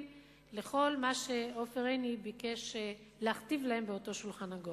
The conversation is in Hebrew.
לכל מה שעופר עיני ביקש להכתיב להם באותו שולחן עגול.